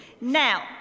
Now